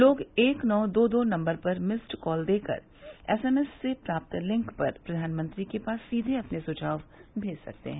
लोग एक नौ दो दो नम्बर पर मिस्ड कॉल देकर एसएमएस से प्राप्त लिंक पर प्रधानमंत्री के पास सीधे अपने सुझाव भेज सकते हैं